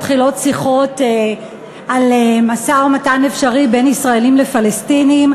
מתחילות שיחות על משא-ומתן אפשרי בין ישראלים לפלסטינים,